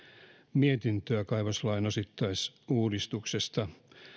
mietintöä kaivoslain osittaisuudistuksesta